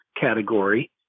category